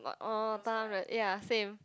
oh ya same